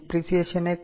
ഡിപ്രിസിയേഷനെ